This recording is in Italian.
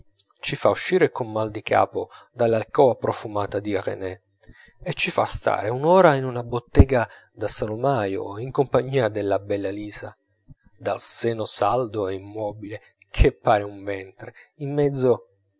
ci fa uscire col mal di capo dall'alcova profumata di renée e ci fa stare un'ora in una bottega da salumaio in compagnia della bella lisa dal seno saldo e immobile che pare un ventre in mezzo